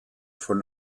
von